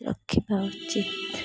ରଖିବା ଉଚିତ୍